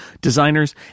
designers